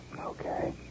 Okay